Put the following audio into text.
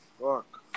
Fuck